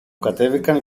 κατέβηκαν